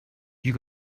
you